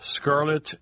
scarlet